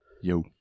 Yo